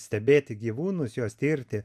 stebėti gyvūnus juos tirti